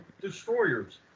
destroyers